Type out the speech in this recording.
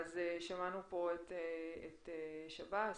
שמענו פה את שב"ס